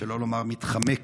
שלא לומר מתחכמת.